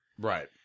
right